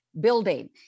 building